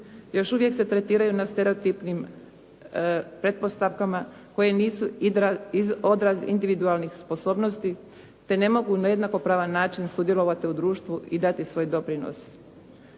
Još uvijek se tretiraju na stereotipnim pretpostavkama koje nisu odraz individualnih sposobnosti te ne mogu na jednakopravan način sudjelovati u društvu i dati svoj doprinos.